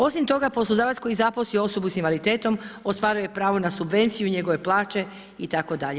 Osim toga, poslodavac koji zaposli osobu s invaliditetom ostvaruje pravo na subvenciju i njegove plaće itd.